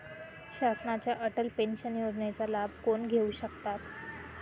शासनाच्या अटल पेन्शन योजनेचा लाभ कोण घेऊ शकतात?